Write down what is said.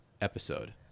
episode